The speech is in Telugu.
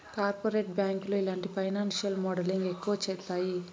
కార్పొరేట్ బ్యాంకులు ఇలాంటి ఫైనాన్సియల్ మోడలింగ్ ఎక్కువ చేత్తాయి